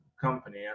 company